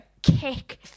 Kick